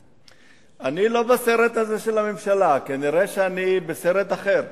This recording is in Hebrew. אני לא בסרט הזה של הממשלה, כנראה אני בסרט אחר.